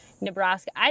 Nebraska –